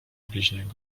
bliźniego